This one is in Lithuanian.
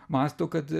mąsto kad